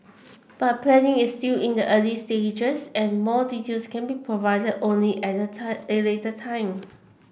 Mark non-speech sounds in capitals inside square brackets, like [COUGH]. but planning is still in the early stages and more details can be provided only at a [UNINTELLIGIBLE] later time